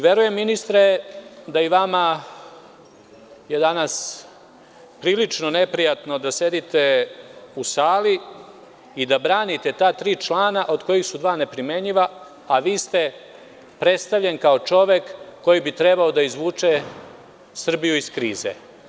Verujem ministre, da je i vama je danas prilično neprijatno da sedite u sali i da branite ta tri člana od kojih su dva neprimenljiva, a vi ste predstavljen kao čovek koji bi trebao da izvuče Srbiju iz krize.